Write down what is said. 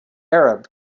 arab